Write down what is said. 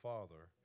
Father